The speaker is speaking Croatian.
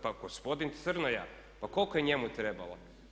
Pa gospodin Crnoja, pa koliko je njemu trebalo?